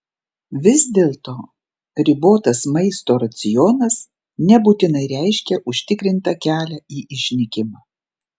vis dėlto ribotas maisto racionas nebūtinai reiškia užtikrintą kelią į išnykimą